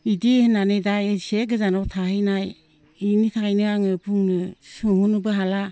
बिदि होननानै दा एसे गोजानाव थाहैनाय बेनि थाखायनो आं बुंनो सोंहरनोबो हाला